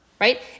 right